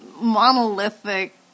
monolithic